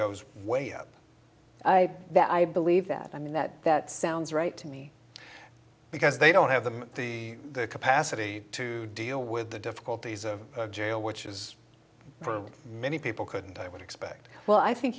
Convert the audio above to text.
goes way up i that i believe that i mean that that sounds right to me because they don't have the the capacity to deal with the difficulties of jail which is for many people could and i would expect well i think